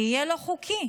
יהיה לא חוקי.